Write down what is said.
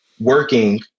working